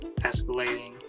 escalating